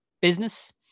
business